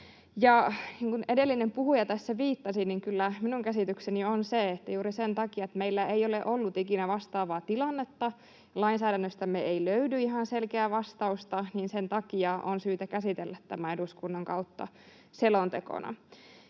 kuin edellinen puhuja tässä viittasi, kyllä minunkin käsitykseni on se, että juuri sen takia, että meillä ei ole ollut ikinä vastaavaa tilannetta ja lainsäädännöstämme ei löydy ihan selkeää vastausta, on syytä käsitellä tämä eduskunnan kautta selontekona.